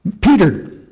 Peter